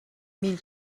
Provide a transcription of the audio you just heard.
mille